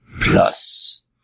Plus